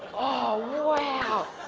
oh, wow.